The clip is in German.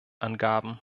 angaben